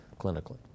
clinically